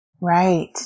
right